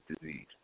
disease